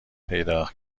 پیدا